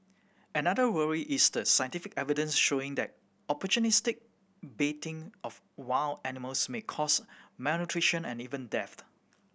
another worry is the scientific evidence showing that opportunistic baiting of wild animals may cause malnutrition and even death